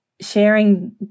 sharing